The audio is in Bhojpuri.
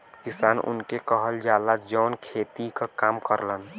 किसान उनके कहल जाला, जौन खेती क काम करलन